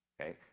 Okay